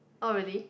oh really